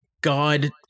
god